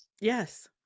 Yes